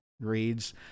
Reads